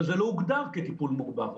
אבל זה לא הוגדר כטיפול מוגדר.